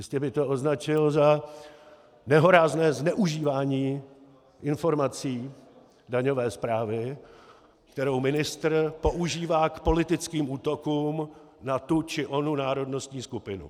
Jistě by to označil za nehorázné zneužívání informací daňové správy, kterou ministr používá k politickým útokům na tu či onu národnostní skupinu.